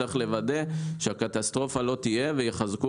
צריך לוודא שהקטסטרופה לא תהיה ויחזקו